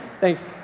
Thanks